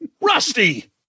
Rusty